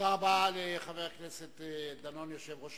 תודה רבה לחבר הכנסת דנון, יושב-ראש